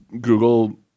Google